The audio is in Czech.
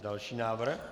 Další návrh?